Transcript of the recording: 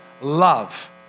love